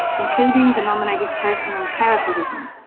including the nominated person in care provision.